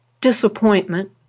disappointment